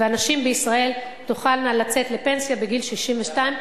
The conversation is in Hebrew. והנשים בישראל תוכלנה לצאת לפנסיה בגיל 62,